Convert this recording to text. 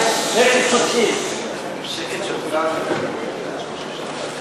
אתם מתבקשים לשבת במקומות שלכם.